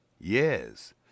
Yes